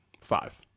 Five